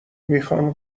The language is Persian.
میخان